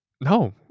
No